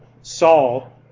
Saul